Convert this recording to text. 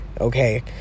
okay